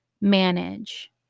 manage